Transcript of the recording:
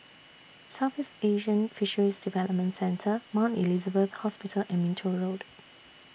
Southeast Asian Fisheries Development Centre Mount Elizabeth Hospital and Minto Road